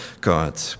God